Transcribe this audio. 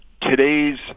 today's